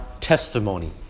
testimony